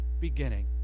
beginning